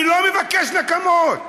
אני לא מבקש נקמות.